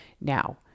Now